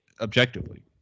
objectively